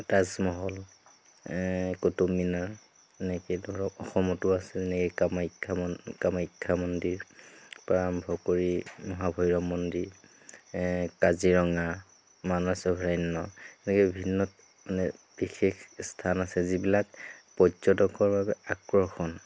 তাজমহল কুটুবমিনাৰ এনেকৈ ধৰক অসমতো আছে এনেকৈ কামাখ্যা মন্দিৰ কামাখ্যা মন্দিৰ পৰা আৰম্ভ কৰি মহাভৈৰৱ মন্দিৰ কাজিৰঙা মানস অভয়াৰণ্য তেনেকৈ বিভিন্ন মানে বিশেষ স্থান আছে যিবিলাক পৰ্যটকৰ বাবে আকৰ্ষণ